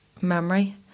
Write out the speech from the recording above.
memory